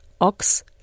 ox